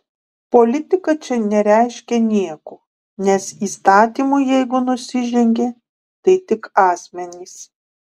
politika čia nereiškia nieko nes įstatymui jeigu nusižengė tai tik asmenys